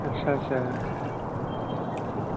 आस्सा आस्सा